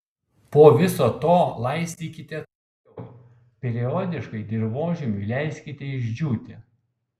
po viso to laistykite atsargiau periodiškai dirvožemiui leiskite išdžiūti